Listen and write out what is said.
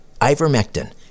Ivermectin